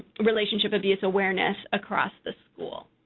relationship abuse awareness across the school.